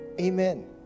amen